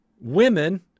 women